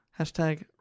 Hashtag